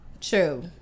True